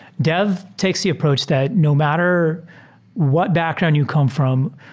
dev takes the approach that no matter what background you come from,